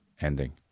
Ending